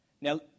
Now